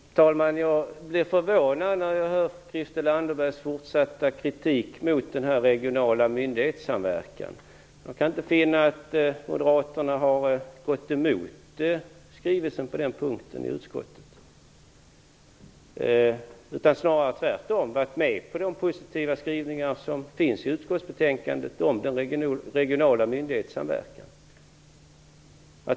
Fru talman! Jag blir förvånad när jag hör Christel Anderbergs fortsatta kritik mot den regionala myndighetssamverkan. Jag kan inte finna att moderaterna har gått emot skrivelsen i utskottet på den punkten. Man har tvärtom varit med på de positiva skrivningar som finns i utskottsbetänkandet om den regionala myndighetssamverkan.